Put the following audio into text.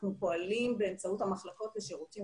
אנחנו פועלים באמצעות המחלקות לשירותים